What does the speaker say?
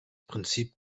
prinzip